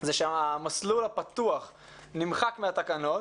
שהמסלול הפתוח נמחק מהתקנות,